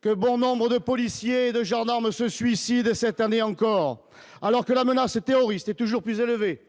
que bon nombres de policiers et de gendarmes se suicide, cette année encore, alors que la menace est terroriste est toujours plus élevé,